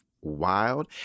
wild